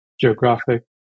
Geographic